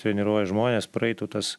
treniruoja žmones praeitų tas